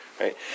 right